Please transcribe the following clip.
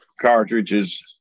cartridges